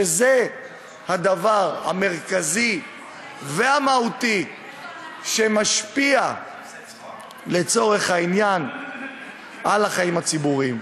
שזה הדבר המרכזי והמהותי שמשפיע על החיים הציבוריים?